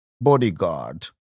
bodyguard